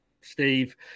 Steve